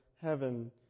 heaven